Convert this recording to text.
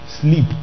sleep